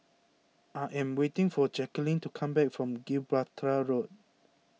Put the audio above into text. I am waiting for Jacalyn to come back from Gibraltar Road